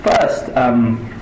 first